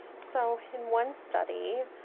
so in one study